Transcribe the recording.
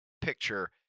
picture